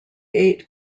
eight